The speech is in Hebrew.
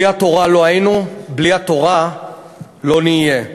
בלי התורה לא היינו, בלי התורה לא נהיה.